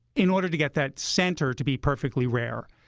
in order to get that center to be perfectly rare,